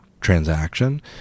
transaction